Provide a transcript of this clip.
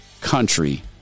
country